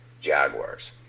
Jaguars